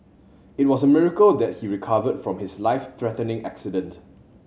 it was a miracle that he recovered from his life threatening accident